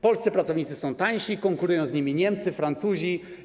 Polscy pracownicy są tańsi i konkurują z nimi Niemcy, Francuzi.